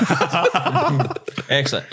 Excellent